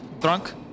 Drunk